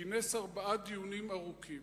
כינס ארבעה דיונים ארוכים.